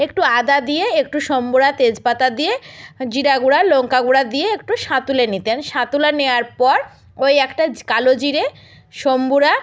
একটু আদা দিয়ে একটু সম্বরা তেজপাতা দিয়ে জিরা গুঁড়া লঙ্কা গুঁড়া দিয়ে একটু সাঁতুলে নিতেন সাঁতুলা নেয়ার পর ওই একটা কালো জিরে সম্বরা